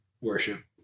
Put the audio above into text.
worship